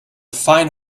fine